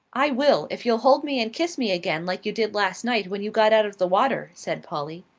i will, if you'll hold me and kiss me again like you did last night when you got out of the water, said polly.